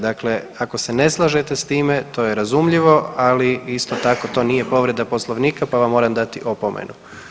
Dakle, ako ne slažete s time to je razumljivo, ali isto tako to nije povreda Poslovnika pa vam moram dati opomenu.